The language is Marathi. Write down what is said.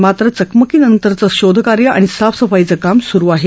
मात्र चकमकीनंतरचं शोधकार्य आणि साफसफाईचं काम सुरु आहे